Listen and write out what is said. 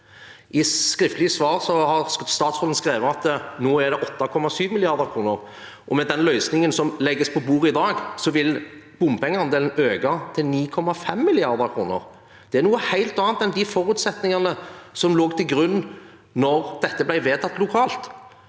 på skriftlig spørsmål har statsråden skrevet at det nå er 8,7 mrd. kr, og med den løsningen som legges på bordet i dag, vil bompengeandelen øke til 9,5 mrd. kr. Det er noe helt annet enn de forutsetningene som lå til grunn da dette ble vedtatt lokalt.